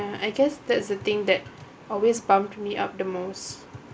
I guess that's the thing that always pumped me up the most